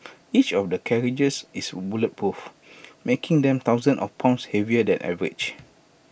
each of the carriages is bulletproof making them thousands of pounds heavier than average